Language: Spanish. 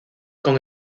con